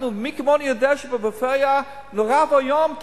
מי כמונו יודע שבפריפריה נורא ואיום,